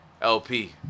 LP